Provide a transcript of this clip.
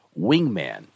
Wingman